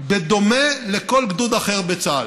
בדומה לכל גדוד אחר בצה"ל.